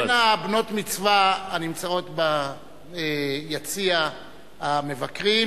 בין בנות-המצווה שנמצאות ביציע המבקרים